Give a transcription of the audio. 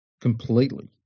completely